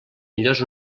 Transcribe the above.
millors